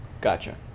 gotcha